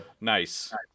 Nice